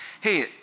hey